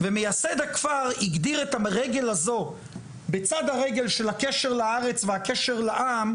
ומייסד הכפר הגדיר את הרגל הזו בצד הרגל של הקשר לארץ והקשר לעם,